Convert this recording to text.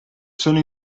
sono